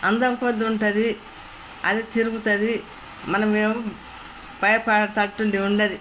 అందకపోతు ఉంటుంది అది తిరుగుతుంది మనమేము పైపాడ తట్టుండి ఉంటుంది